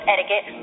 Etiquette